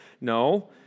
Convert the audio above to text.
No